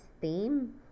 theme